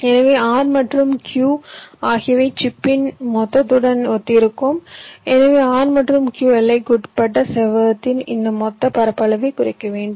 எனவே R மற்றும் Q ஆகியவை சிப்பின் மொத்தத்துடன் ஒத்திருக்கும் எனவே R மற்றும் Q எல்லைக்குட்பட்ட செவ்வகத்தின் இந்த மொத்த பரப்பளவைக் குறைக்க வேண்டும்